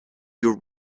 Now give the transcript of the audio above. your